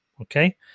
Okay